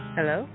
Hello